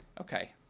Okay